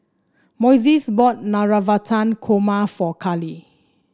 Moises bought Navratan Korma for Carlee